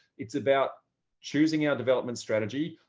it's about choosing our development strategy,